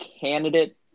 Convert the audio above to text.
candidate